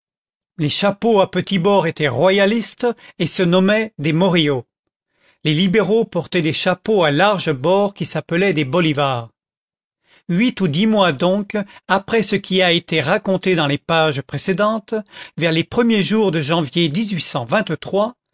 les chapeaux à petits bords étaient royalistes et se nommaient des morillos les libéraux portaient des chapeaux à larges bords qui s'appelaient des bolivars huit ou dix mois donc après ce qui a été raconté dans les pages précédentes vers les premiers jours de janvier